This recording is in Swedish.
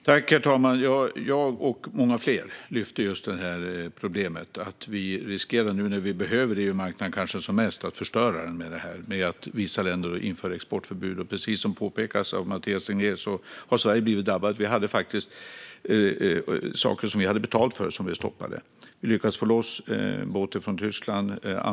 Herr talman! Jag och många fler lyfte upp just det problemet, att nu när vi kanske som mest behöver marknaden riskerar den att förstöras när vissa länder inför exportförbud. Precis som Mathias Tegnér påpekar har Sverige drabbats. Saker som vi hade betalt för blev stoppade. Vi lyckades ändå få loss en båt från Tyskland.